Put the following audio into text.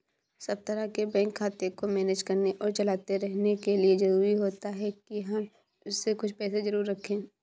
सब तरह के बैंक खाते को मैनेज करने और चलाते रहने के लिए जरुरी होता है के हम उसमें कुछ पैसे जरूर रखे